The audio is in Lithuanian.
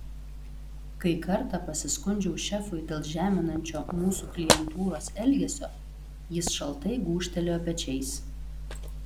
kai kartą pasiskundžiau šefui dėl žeminančio mūsų klientūros elgesio jis šaltai gūžtelėjo pečiais